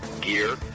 gear